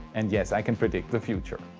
and yes, i can predict the future.